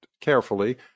carefully